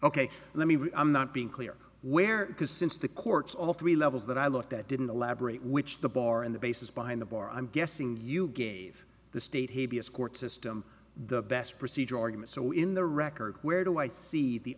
ok let me i'm not being clear where because since the court's all three levels that i looked at didn't elaborate which the bar and the basis behind the bar i'm guessing you gave the state court system the best procedural argument so in the record where do i see the